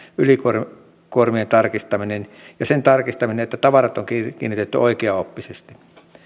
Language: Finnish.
ylikuormien ylikuormien tarkastaminen ja sen tarkastaminen että tavarat on kiinnitetty oikeaoppisesti